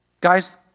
Guys